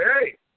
hey